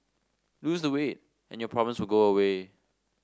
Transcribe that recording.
lose the weight and your problems will go away